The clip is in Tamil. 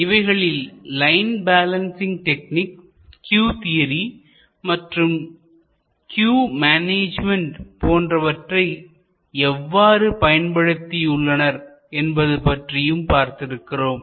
இவைகளில் line balancing technique queue theory மற்றும் கியூ மேனேஜ்மென்ட் போன்றவற்றை எவ்வாறு பயன்படுத்தியுள்ளனர் என்பது பற்றியும் பார்த்திருக்கிறோம்